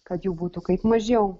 kad jų būtų kaip mažiau